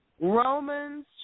Romans